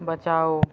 बचाओ